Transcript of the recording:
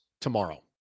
tomorrow